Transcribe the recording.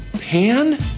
Pan